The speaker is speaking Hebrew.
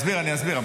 אסביר, אסביר.